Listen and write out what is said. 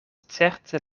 certe